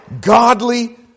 godly